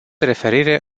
referire